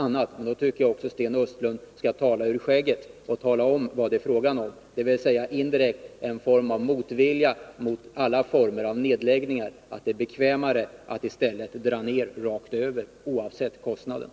Men då tycker jag att Sten Östlund skall tala ur skägget och säga vad det är fråga om — kanske indirekt en motvilja mot alla former av total neddragning. Det är bekvämare att dra ned rakt över, oavsett kostnaderna.